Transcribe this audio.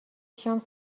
شام